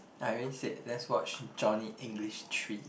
I already said let's watch Johnny English three